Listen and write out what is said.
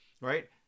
right